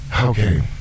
Okay